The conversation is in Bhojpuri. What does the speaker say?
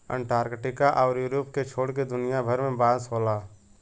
अंटार्टिका आउर यूरोप के छोड़ के दुनिया भर में बांस होला